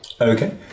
Okay